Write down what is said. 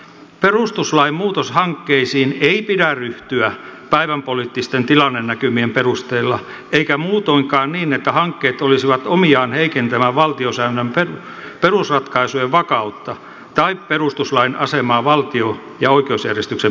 perustuslain muutoshankkeisiin ei pidä ryhtyä päivänpoliittisten tilannenäkymien perusteella eikä muutoinkaan niin että hankkeet olisivat omiaan heikentämään valtiosäännön perusratkaisujen vakautta tai perustuslain asemaa valtio ja oikeusjärjestyksen perustana